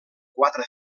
quatre